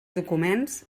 documents